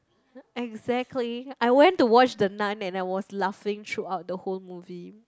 exactly I went to watch the-Nun and I was laughing throughout the whole movie